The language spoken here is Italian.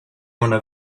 una